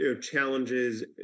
challenges